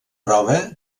prova